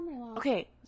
okay